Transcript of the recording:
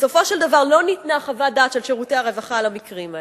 בסופו של דבר לא ניתנה חוות דעת של שירותי הרווחה על המקרים האלה.